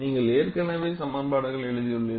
நீங்கள் ஏற்கனவே சமன்பாடுகள் எழுதியுள்ளீர்கள்